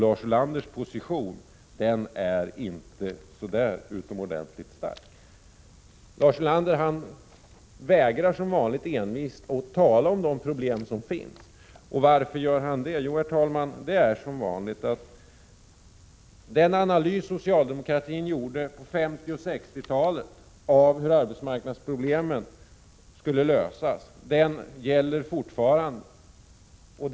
Lars Ulanders position är alltså inte så särskilt stark. Som vanligt vägrar Lars Ulander envist att tala om de problem som finns. Och varför gör han det? Jo, herr talman, det beror på att den analys som socialdemokratin gjorde på 50 och 60-talet av hur arbetsmarknadsproblemen skulle lösas är fortfarande den som gäller.